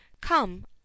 Come